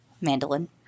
Mandolin